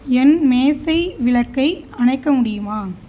என் மேசை விளக்கை அணைக்க முடியுமா